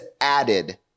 added